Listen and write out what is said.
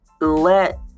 let